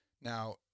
Now